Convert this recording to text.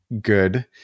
good